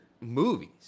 movies